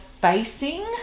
facing